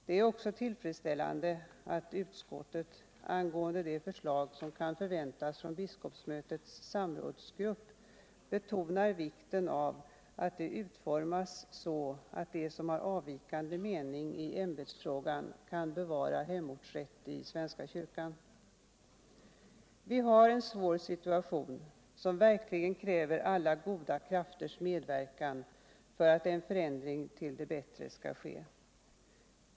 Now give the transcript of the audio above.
Det är också tillfredsställande av utskottet angående det förslag som kan förväntas från biskopsmötets samrådsgrupp betonar vikten av att det utformas så att de som har avvikande mening i ämbetsfrågan kan bevara hemortsrätt i svenska kyrkan. Vi haren svår situation, som verkligen kräver alla goda krafters medverkan för att en förändring till det bättre skall ske.